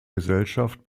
gesellschaft